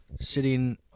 sitting